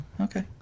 Okay